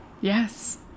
Yes